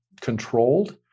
controlled